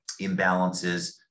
imbalances